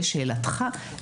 לשאלתך,